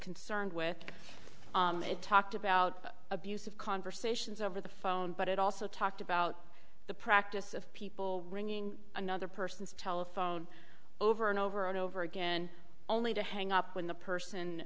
concerned with it talked about abuse of conversations over the phone but it also talked about the practice of people bringing another person's telephone over and over and over again only to hang up when the person